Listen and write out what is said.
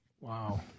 Wow